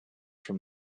from